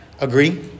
agree